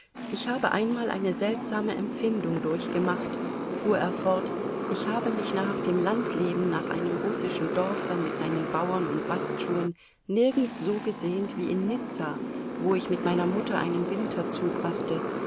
ich habe einmal eine seltsame empfindung durchgemacht fuhr er fort ich habe mich nach dem landleben nach einem russischen dorfe mit seinen bauern und bastschuhen nirgends so gesehnt wie in nizza wo ich mit meiner mutter einen winter zubrachte